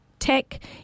tech